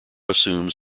assumes